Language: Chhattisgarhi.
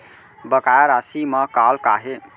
बकाया राशि मा कॉल का हे?